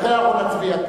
לכן אנחנו נצביע כאן.